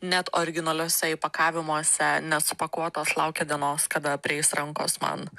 net originaliuose įpakavimuose nesupakuotos laukia dienos kada prieis rankos man